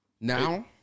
Now